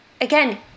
again